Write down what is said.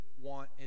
want